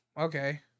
Okay